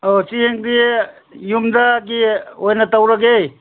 ꯑꯣ ꯆꯦꯡꯗꯤ ꯌꯨꯝꯗꯒꯤ ꯑꯣꯏꯅ ꯇꯧꯔꯒꯦ